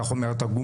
כך אומר התרגום,